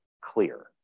clear